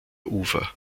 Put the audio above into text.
ufer